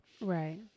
Right